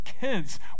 kids